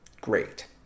great